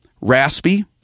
raspy